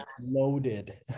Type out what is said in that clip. loaded